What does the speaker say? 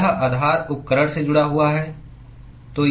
यह आधार उपकरण से जुड़ा हुआ है